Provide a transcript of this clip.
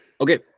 okay